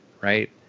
right